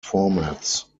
formats